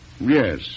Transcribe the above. Yes